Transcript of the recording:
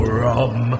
rum